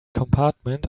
compartment